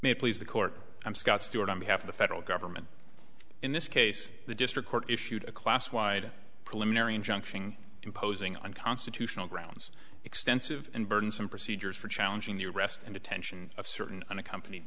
it please the court i'm scott stewart on behalf of the federal government in this case the district court issued a classified preliminary injunction imposing on constitutional grounds extensive and burdensome procedures for challenging the arrest and detention of certain unaccompanied